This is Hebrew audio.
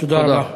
תודה.